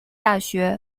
大学